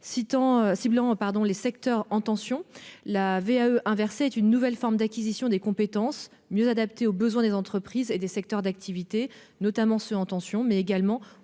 Ciblant les secteurs en tension, la VAE inversée est une nouvelle forme d'acquisition des compétences mieux adaptée aux besoins des entreprises et des secteurs d'activité, mais également aux personnes ne